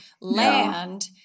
Land